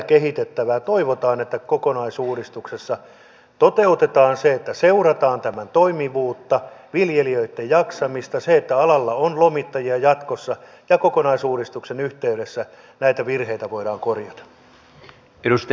toivotaan että kokonaisuudistuksessa toteutetaan se että seurataan tämän toimivuutta viljelijöitten jaksamista sitä että alalla on lomittajia jatkossa ja kokonaisuudistuksen yhteydessä näitä virheitä voidaan korjata